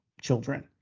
children